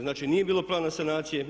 Znači nije bilo plana sanacije.